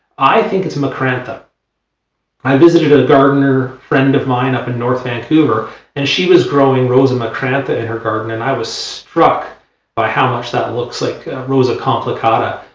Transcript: i think it's a macrantha i visited a gardener friend of mine up in north vancouver and she was growing rosa macrantha in her garden and i was struck by how much that looks like rosa complicata,